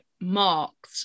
marked